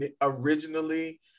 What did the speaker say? originally